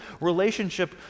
relationship